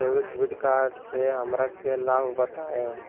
Debit card से हमरा के लाभ बताइए?